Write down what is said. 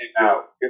out